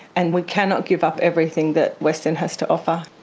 and we cannot give up everything that west end has to offer.